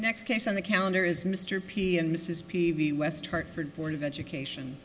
next case on the calendar is mr p and mrs pv west hartford board of education